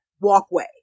walkway